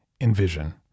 envision